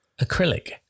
Acrylic